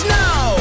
now